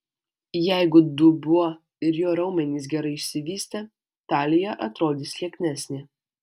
jeigu dubuo ir jo raumenys gerai išsivystę talija atrodys lieknesnė